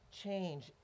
change